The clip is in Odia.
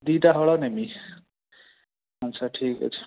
ଦୁଇଟା ହଳ ନେମି ଆଚ୍ଛା ଠିକ୍ଅଛି